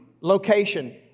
location